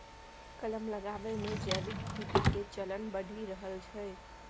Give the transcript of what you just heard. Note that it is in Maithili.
कलम लगाबै मे जैविक खेती के चलन बढ़ि रहल छै